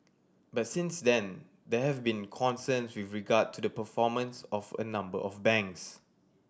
but since then there have been concerns with regard to the performance of a number of banks